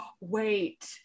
wait